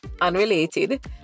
unrelated